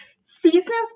Season